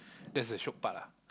that's the shiok part ah